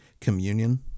communion